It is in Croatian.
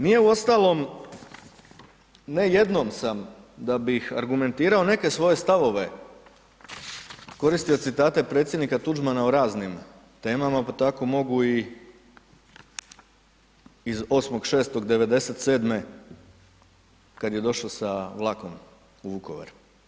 Nije u ostalom, ne jednom sam da bih argumentirao neke svoje stavove koristio citate predsjednika Tuđmana o raznim temama pa tako mogu i iz 8.6.1997. kada je došao sa vlakom u Vukovar.